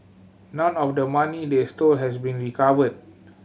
none of the money they stole has been recovered